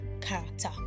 character